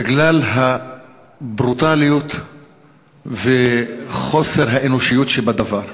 בגלל הברוטליות וחוסר האנושיות שבדבר.